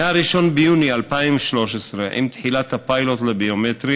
מ-1 ביוני 2013, עם תחילת הפיילוט לביומטרי,